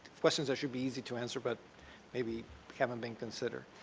questions that should be easy to answer but maybe haven't been considered.